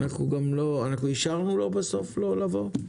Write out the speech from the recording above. אנחנו אישרנו לו בסוף לא לבא?